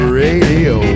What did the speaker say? radio